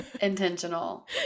intentional